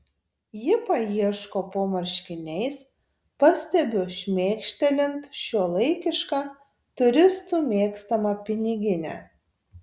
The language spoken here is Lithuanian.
ji paieško po marškiniais pastebiu šmėkštelint šiuolaikišką turistų mėgstamą piniginę